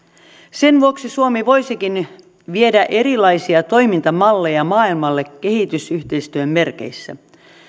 sen vuoksi suomi voisikin viedä erilaisia toimintamalleja maailmalle kehitysyhteistyön merkeissä